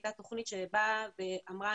היא הייתה תוכנית שבאה ואמרה,